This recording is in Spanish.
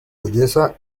belleza